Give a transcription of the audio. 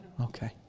Okay